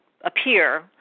appear